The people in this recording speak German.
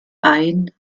ein